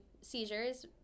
seizures